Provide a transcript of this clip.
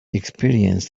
experienced